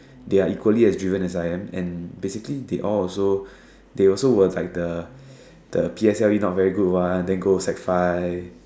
they are equally as driven as I am and basically they all also they also were like the the P_S_L_E not very good one then go sec five